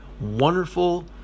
wonderful